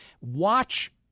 Watch